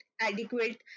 adequate